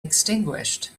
extinguished